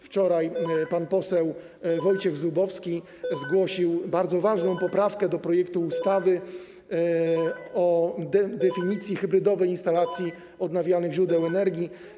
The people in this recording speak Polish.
Wczoraj pan poseł Wojciech Zubowski zgłosił bardzo ważną poprawkę do projektu ustawy o definicji hybrydowej instalacji odnawialnych źródeł energii.